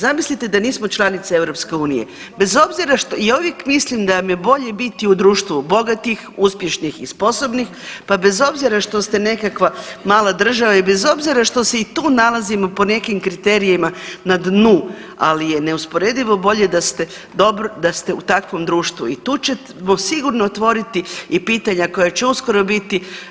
Zamislite da nismo članica EU, bez obzira, ja uvijek mislim da nam je bolje biti u društvu bogatih, uspješnih i sposobnih pa bez obzira što ste nekakva mala država i bez obzira što se i tu nalazimo po nekim kriterijima na dnu, ali je neusporedivo bolje da se, da ste u takvom društvu i tu ćemo sigurno otvoriti i pitanja koja će uskoro biti.